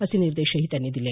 असे निर्देशही त्यांनी दिले